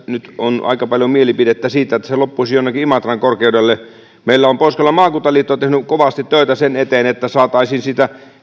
nyt on aika paljon mielipidettä siitä että se loppuisi jonnekin imatran korkeudelle meillä on pohjois karjalan maakuntaliitto tehnyt kovasti töitä sen eteen että saataisiin siitä